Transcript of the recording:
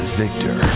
victor